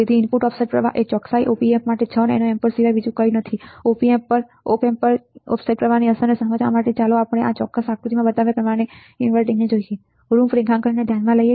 તેથી input offset પ્રવાહએ ચોકસાઇએ op amp માટે 6 નેનો એમ્પીયર સિવાય બીજું કંઈ નથી ઓપ એમ્પ પર ઓફસેટ પ્રવાહની અસરને સમજવા માટે ચાલો આપણે આ ચોક્કસ આકૃતિમાં બતાવ્યા પ્રમાણે ઈનવર્ટિંગ રૂપરેખાંકનને ધ્યાનમાં લઈએ